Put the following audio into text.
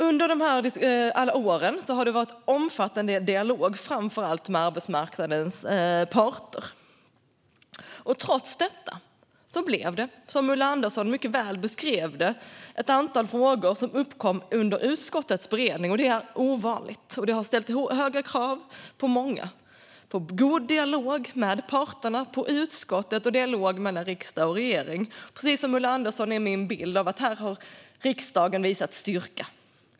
Under alla dessa år har det varit en omfattande dialog framför allt med arbetsmarknadens parter. Trots detta blev det, som Ulla Andersson mycket väl beskrev, ett antal frågor som uppkom under utskottets beredning. Det är ovanligt. Det har ställt höga krav på många. Det har handlat om god dialog med parterna i utskottet och dialog mellan riksdag och regering. Precis som Ulla Andersson sa är min bild att riksdagen här har visat styrka.